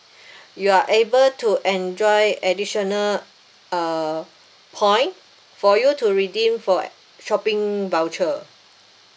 you are able to enjoy additional uh point for you to redeem for shopping voucher